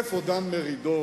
איפה דן מרידור,